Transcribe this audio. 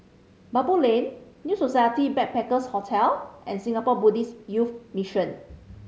Baboo Lane New Society Backpackers' Hotel and Singapore Buddhist Youth Mission